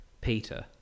Peter